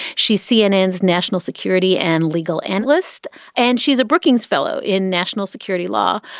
she's cnn national security and legal analyst and she's a brookings fellow in national security law.